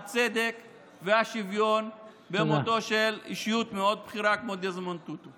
הצדק והשוויון על מותו של אישיות מאוד בכירה כמו דזמונד טוטו.